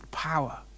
power